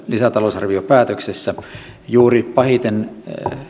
lisätalousarviopäätöksessä juuri pahiten